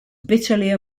bitterly